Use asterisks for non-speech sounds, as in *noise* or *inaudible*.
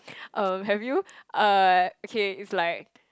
*breath* um have you uh okay it's like